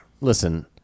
Listen